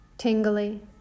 tingly